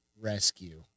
rescue